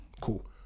cool